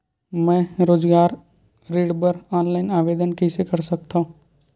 मैं रोजगार ऋण बर ऑनलाइन आवेदन कइसे कर सकथव?